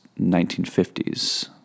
1950s